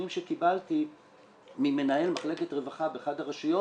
שקיבלתי ממנהל מחלקת רווחה באחת הרשויות,